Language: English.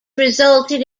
resulted